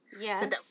Yes